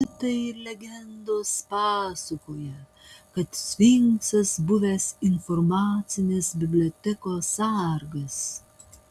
mitai ir legendos pasakoja kad sfinksas buvęs informacinės bibliotekos sargas